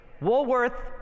Woolworth